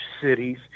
cities